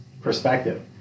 perspective